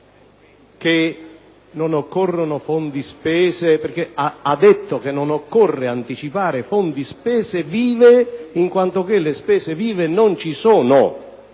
che non occorrono fondi spese, ma ha detto che non occorre anticipare fondi spese vive in quanto le spese vive non ci sono;